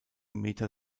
meter